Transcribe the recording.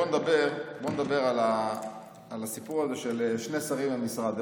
בוא נדבר על הסיפור של שני שרים במשרד,